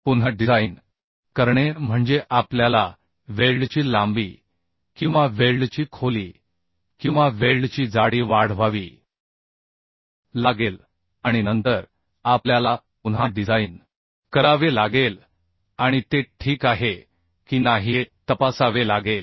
पुन्हा डिझाइन करणे म्हणजे आपल्याला वेल्डची लांबी किंवा वेल्डची खोली किंवा वेल्डची जाडी वाढवावी लागेल आणि नंतर आपल्याला पुन्हा डिझाइन करावे लागेल आणि ते ठीक आहे की नाही हे तपासावे लागेल